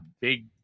Big